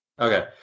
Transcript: Okay